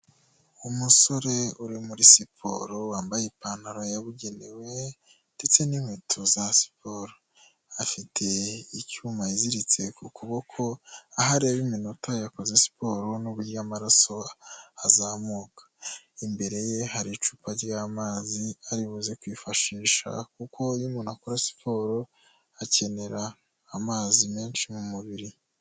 Umusore uri muri siporo wambaye ipantaro yabugenewe ndetse n'inkweto za siporo afite icyuma yiziritse ku kuboko aho areba iminota yakoze siporo n'uburyo amaraso azamuka imbere ye hari icupa ry'amazi aribuze kwifashisha kuko iyo umuntu akora siporo akenera amazi menshi mu mubiri.